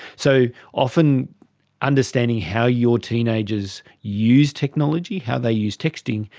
so, often understanding how your teenagers use technology, how they use texting,